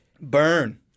Burn